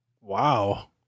Wow